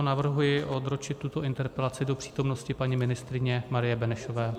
Navrhuji odročit tuto interpelaci do přítomnosti paní ministryně Marie Benešové.